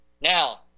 Now